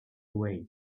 away